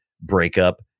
breakup